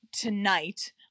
tonight